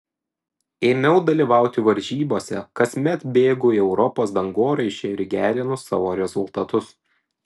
ėmiau dalyvauti varžybose kasmet bėgu į europos dangoraižį ir gerinu savo rezultatus